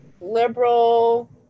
liberal